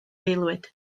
aelwyd